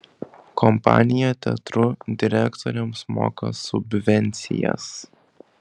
kompanija teatrų direktoriams moka subvencijas